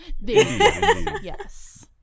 Yes